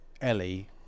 Ellie